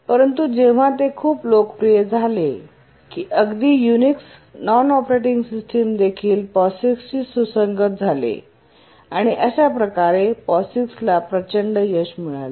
परंतु जेव्हा ते खूप लोकप्रिय झाले की अगदी युनिक्स नॉन ऑपरेटिंग सिस्टम देखील POSIXशी सुसंगत झाले आणि अशा प्रकारे POSIXला प्रचंड यश मिळाले